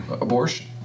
abortion